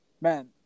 man